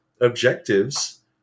objectives